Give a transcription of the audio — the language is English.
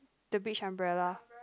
the beach umbrella